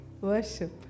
Worship